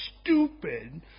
stupid